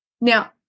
Now